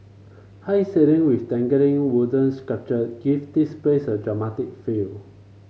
high ceiling with dangling wooden sculpture give this place a dramatic feel